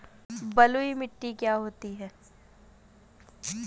बलुइ मिट्टी क्या होती हैं?